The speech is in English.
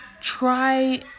try